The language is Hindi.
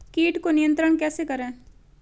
कीट को नियंत्रण कैसे करें?